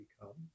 become